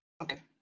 Okay